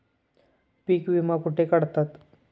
पीक विमा कुठे काढतात?